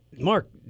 Mark